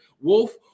Wolf